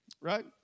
Right